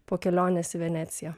po kelionės į veneciją